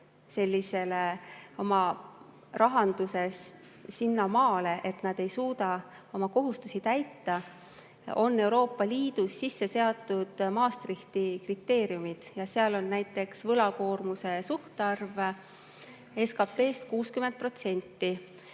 [liiguks] oma rahandusega sinnamaale, et nad ei suuda oma kohustusi täita, on Euroopa Liidus sisse seatud Maastrichti kriteeriumid ja seal on näiteks [ette nähtud] võlakoormuse suhtarvuna 60%